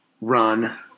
run